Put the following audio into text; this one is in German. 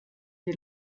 sie